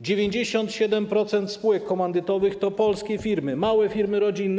97% spółek komandytowych to polskie firmy, małe firmy rodzinne.